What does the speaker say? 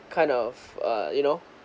kind of uh you know